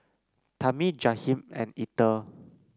Tami Jahiem and Ether